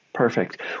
Perfect